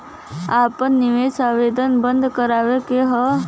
आपन निवेश आवेदन बन्द करावे के हौ?